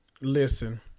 Listen